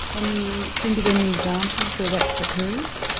can you think of any examples where that's occurred?